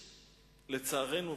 לצערנו,